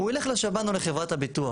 הוא ילך לשב"ן או לחברת הביטוח.